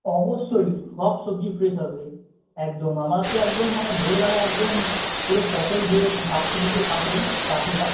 অবশ্যই সব সবজি ফ্রেশ হবে একদম আমার তো একদম মানে ভোরবেলা একদম পুরো ফসল যে শাক সবজি যে কাটে চাষিরা